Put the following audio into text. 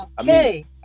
Okay